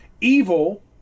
Evil